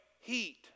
heat